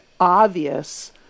obvious